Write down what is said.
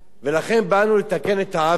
לכן באנו לתקן את העוול הזה.